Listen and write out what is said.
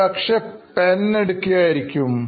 ഒരു പക്ഷേ പെൻ എടുക്കുക ആയിരിക്കും